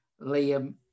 Liam